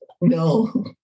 no